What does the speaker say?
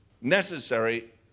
necessary